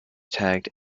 tagged